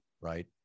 Right